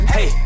Hey